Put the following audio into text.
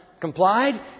Complied